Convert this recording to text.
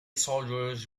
soldiers